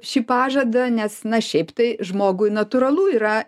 šį pažadą nes na šiaip tai žmogui natūralu yra